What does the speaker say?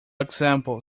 example